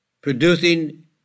producing